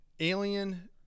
Alien